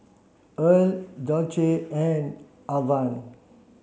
Earle Dulce and Alvan